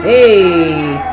Hey